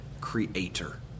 creator